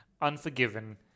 Unforgiven